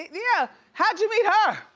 yeah, how'd you meet her?